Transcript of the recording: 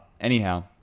anyhow